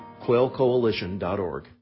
quailcoalition.org